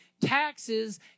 taxes